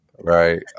right